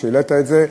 שהעלית את זה.